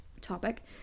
topic